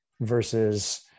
versus